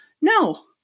no